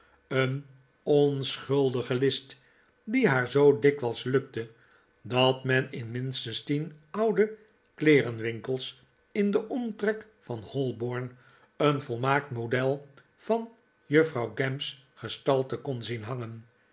een onschuldige list die haar zoo dikwijls lukte dat men in minstens tien oudekleerenwinkels in den omtrek van holborn een volmaakt model van juffrouw gamp's gestalte kon zien hangen